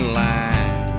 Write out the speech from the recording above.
line